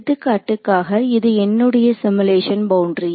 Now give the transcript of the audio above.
எடுத்துக்காட்டுக்காக இது என்னுடைய simulation boundary